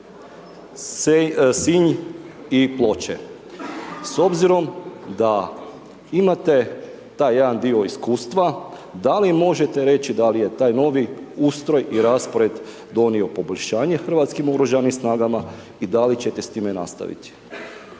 Sinj i Ploče. S obzirom da imate taj jedan dio iskustva, da li možete reći da li je taj novi ustroj i raspored donio poboljšanje hrvatskim oružanim snagama i da li ćete s time nastaviti?